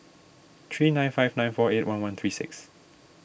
three nine five nine four eight one one three six